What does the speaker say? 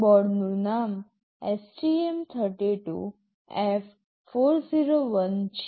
બોર્ડનું નામ STM32F401 છે